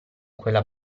quella